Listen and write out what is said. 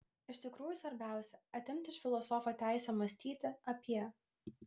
iš tikrųjų svarbiausia atimti iš filosofo teisę mąstyti apie